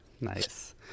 nice